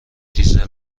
دیزل